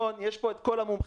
יש פה את כל המומחים,